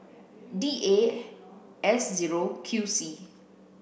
D A S zero Q C